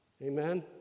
Amen